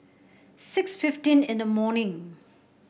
six fifteen in the morning